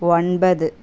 ஒன்பது